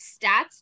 stats